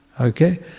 Okay